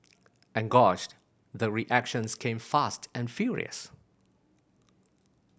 and gosh the reactions came fast and furious